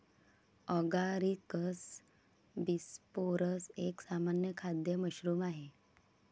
Agaricus bisporus एक सामान्य खाद्य मशरूम आहे